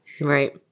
Right